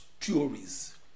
theories